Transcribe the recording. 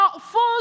full